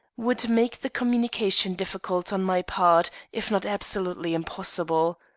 would make the communication difficult on my part, if not absolutely impossible.